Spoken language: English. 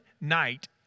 night